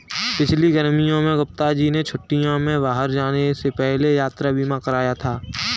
पिछली गर्मियों में गुप्ता जी ने छुट्टियों में बाहर जाने से पहले यात्रा बीमा कराया था